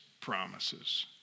promises